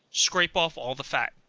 scrape off all the fat,